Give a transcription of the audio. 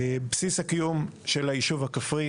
בסיס הקיום של הישוב הכפרי